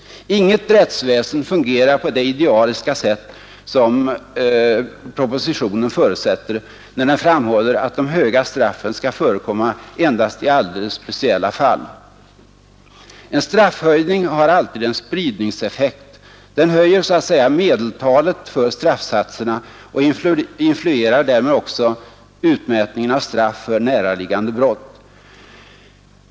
Inget rättsväsen fungerar på det idealiska sätt som propositionen förutsätter när den framhåller att de höga straffen skall förekomma endast i alldeles speciella fall. En straffhöjning har alltid en spridningseffekt. Den höjer så att säga medeltalet för straffsatserna och influerar därmed också på utmätningen av straff för näraliggande brott av mindre allvarlig karaktär.